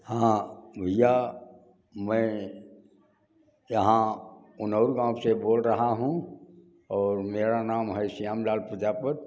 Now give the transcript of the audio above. हाँ भैया मैं यहाँ उनौर गाँव से बोल रहा हूँ और मेरा नाम हरिश्याम लाल प्रजापत